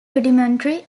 rudimentary